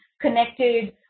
connected